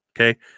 okay